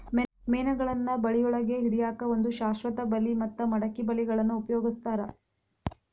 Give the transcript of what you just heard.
ಮೇನಗಳನ್ನ ಬಳಿಯೊಳಗ ಹಿಡ್ಯಾಕ್ ಒಂದು ಶಾಶ್ವತ ಬಲಿ ಮತ್ತ ಮಡಕಿ ಬಲಿಗಳನ್ನ ಉಪಯೋಗಸ್ತಾರ